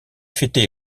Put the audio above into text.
fêté